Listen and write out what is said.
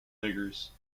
reservoirs